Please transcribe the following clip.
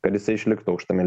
kad jisai išliktų aukštame